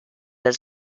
del